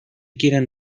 quieren